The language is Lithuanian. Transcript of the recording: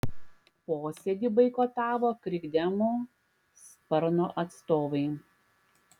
posėdį boikotavo krikdemų sparno atstovai